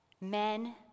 men